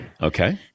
Okay